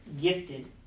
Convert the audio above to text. gifted